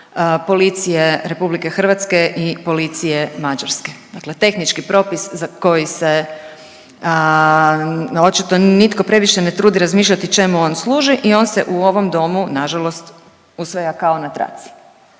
policije Republike Hrvatske i policije Mađarske. Dakle, tehnički propis za koji se očito nitko previše ne trudi razmišljati čemu on služi i on se u ovom Domu na žalost usvaja kao na traci.